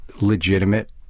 legitimate